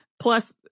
Plus